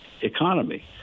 economy